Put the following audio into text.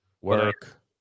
work